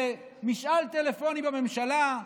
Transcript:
במשאל טלפוני בממשלה,